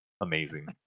amazing